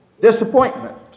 disappointment